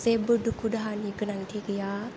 जेब्बो दुखु दाहानि गोनांथि गैया